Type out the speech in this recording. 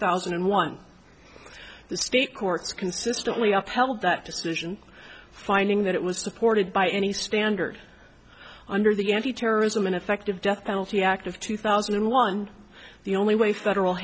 thousand and one the state courts consistently have held that decision finding that it was supported by any standard under the antiterrorism and effective death penalty act of two thousand and one the only way federal